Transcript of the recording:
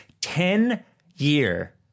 Ten-year